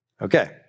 Okay